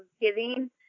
giving